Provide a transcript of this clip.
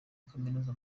kaminuza